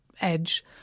edge